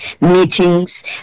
meetings